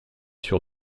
sur